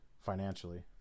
Financially